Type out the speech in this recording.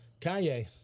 Kanye